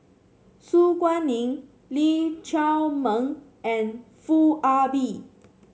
Su Guaning Lee Chiaw Meng and Foo Ah Bee